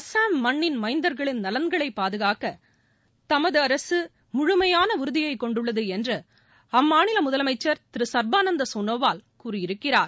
அஸ்ஸாம் மண்ணின் மைந்தர்களின் நலன்களை பாதுகாக்க தமது அரசு முழுமையான உறுதியை கொண்டுள்ளது என்று அம்மாநில முதலமைச்சர் திரு சர்பானந்த் சோனோவால் கூறியிருக்கிறார்